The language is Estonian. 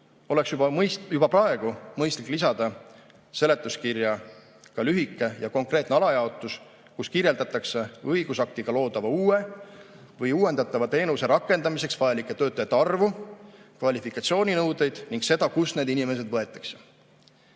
oleks juba praegu mõistlik lisada seletuskirja ka lühike ja konkreetne alajaotus, kus kirjeldatakse õigusaktiga loodava uue või uuendatava teenuse rakendamiseks vajalike töötajate arvu, kvalifikatsiooninõudeid ning seda, kust need inimesed võetakse.